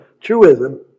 truism